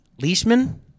Leishman